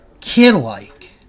kid-like